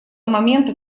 момента